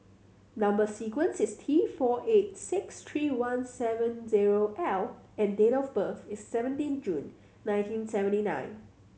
number sequence is T four eight six three one seven zero L and date of birth is seventeen June nineteen seventy nine